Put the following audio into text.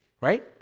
right